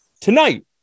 Tonight